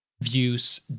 views